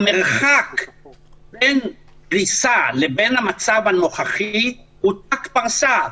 המרחק בין קריסה לבין המצב הנוכחי הוא ת"ק פרסה.